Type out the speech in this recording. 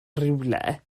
rhywle